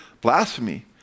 blasphemy